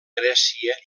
grècia